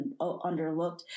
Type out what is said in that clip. underlooked